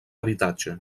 habitatge